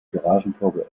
garagentor